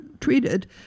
treated